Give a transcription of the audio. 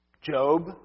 Job